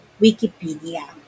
wikipedia